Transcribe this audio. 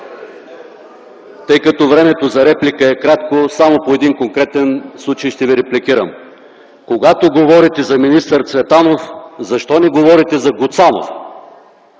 Тъй като времето за реплика е кратко, само по един конкретен случай ще Ви репликирам. Когато говорите за министър Цветанов, защо не говорите за Гуцанов?